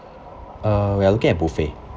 uh we're looking at buffet